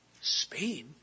Spain